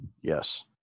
Yes